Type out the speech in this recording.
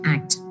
Act